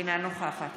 אינה נוכחת